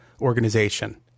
Organization